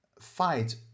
fight